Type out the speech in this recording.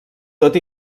tot